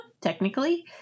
technically